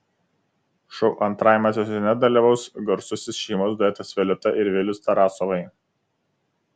šou antrajame sezone dalyvaus garsusis šeimos duetas violeta ir vilius tarasovai